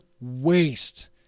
waste